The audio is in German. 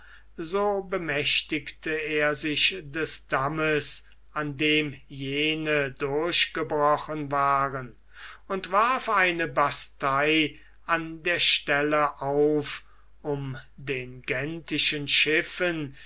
so bemächtigte er sich des dammes an dem jene durchgebrochen waren und warf eine bastei an der stelle auf um den gentischen